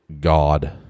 god